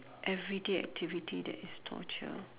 everyday activity that is torture